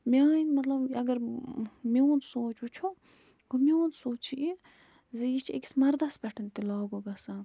میٲنۍ مطلب اَگر میون سونٛچ وٕچھو گوٚو میون سونٛچ چھُ یہِ زِ یہِ چھِ أکِس مردَس پٮ۪ٹھ تہِ لاگوٗ گژھان